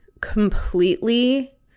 completely